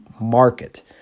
market